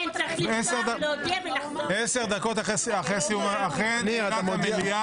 נתכנס כאן 10 דקות לאחר סיום המליאה.